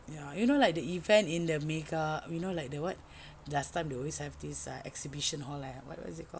ya you know like the event in the make up you know like the what last time they always have this exhibition all lah what is it called